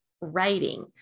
writing